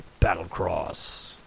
Battlecross